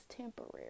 temporary